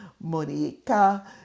Monica